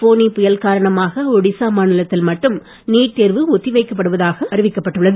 ஃபோனி புயல் காரணமாக ஒடிசா மாநிலத்தில் மட்டும் நீட் தேர்வு ஒத்தி வைக்கப்படுவதாக அறிவிக்கப்பட்டுள்ளது